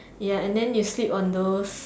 ya and than you sleep on those